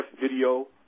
Video